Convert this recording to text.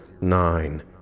nine